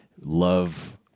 love